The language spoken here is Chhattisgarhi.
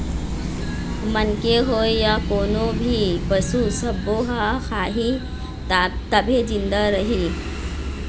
मनखे होए य कोनो भी पसू सब्बो ह खाही तभे जिंदा रइही